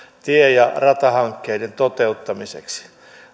tie ja ratahankkeiden toteuttamiseksi